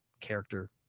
character